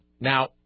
Now